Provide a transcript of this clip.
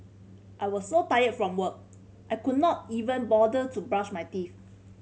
I was so tired from work I could not even bother to brush my teeth